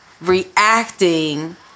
reacting